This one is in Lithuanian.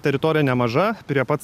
teritorija nemaža prie pat